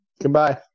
Goodbye